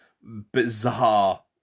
bizarre